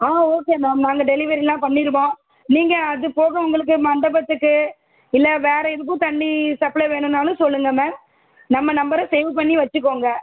ஆ okay ma'am நாங்கள் டெலிவரில்லாம் பண்ணிடுவோம் நீங்கள் அதுப்போக உங்களுக்கு மண்டபத்துக்கு இல்லை வேறு எதுக்கும் தண்ணி சப்ளை வேணும்னாலும் சொல்லுங்கள் மேம் நம்ம நம்பரை சேவ் பண்ணி வைச்சிக்கோங்க